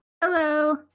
Hello